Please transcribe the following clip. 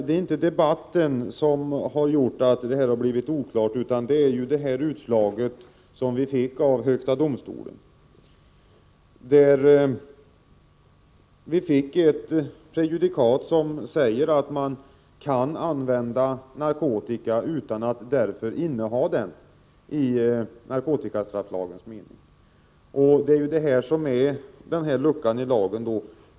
Det är inte debatten som har gjort att läget är oklart utan det är utslaget i högsta domstolen — där vi fick ett prejudikat, som säger att man kan använda narkotika utan att därför inneha den i narkotikastrafflagens mening. Det är således en lucka i lagen.